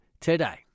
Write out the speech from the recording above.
today